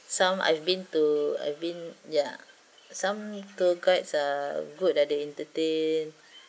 some I've been to I've been ya some tour guides are good ah that they entertain